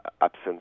absence